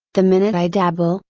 the minute i dabble,